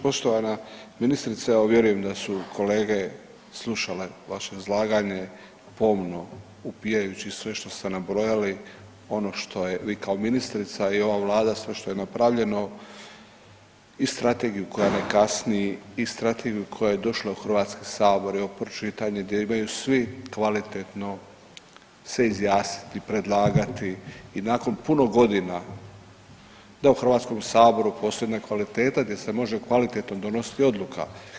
Poštovana ministrice, ja vjerujem da su kolege slušale vaše izlaganje pomno upijajući sve što ste nabrojali ono što je i vi kao ministrica i ova Vlada sve što je napravljeno i strategiju koja ne kasni i strategiju koja je došla u Hrvatski sabor evo … gdje imaju svi kvalitetno se izjasniti, predlagati i nakon puno godina da u Hrvatskom saboru posebna kvaliteta gdje se može kvalitetno donositi odluka.